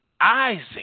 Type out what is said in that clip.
Isaac